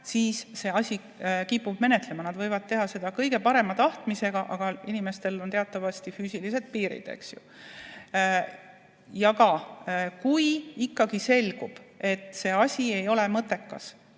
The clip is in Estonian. siis see asi kipub [venima]. Nad võivad teha seda kõige parema tahtmisega, aga inimestel on teatavasti füüsilised piirid. Kui ikkagi selgub, et see asi ei ole mõttekas,